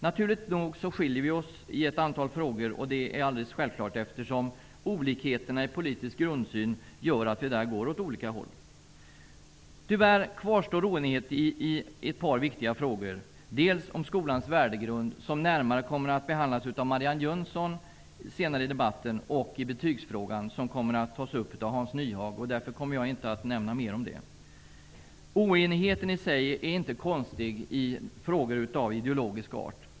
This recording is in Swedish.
Naturligt nog skiljer vi oss åt i ett antal frågor, eftersom olikheterna i politisk grundsyn gör att vi går åt olika håll. Tyvärr kvarstår oenighet i ett par viktiga frågor, dels om skolans värdegrund, som närmare kommer att behandlas av Marianne Jönsson senare i debatten, och i betygsfrågan, som kommer att tas upp av Hans Nyhage. Därför kommer jag inte att nämna mer om det. Oenigheten i sig är inte konstig i frågor av ideologisk art.